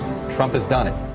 trump has done it.